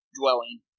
dwelling